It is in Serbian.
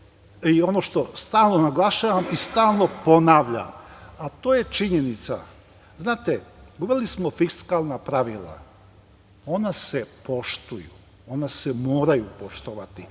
i ono što stalno naglašavam i stalno ponavljam, a to je činjenica, znate uveli smo fiskalna pravila. Ona se poštuju, ona se moraju poštovati.